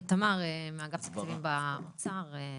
תמר מאגף תקציבים באוצר, בבקשה.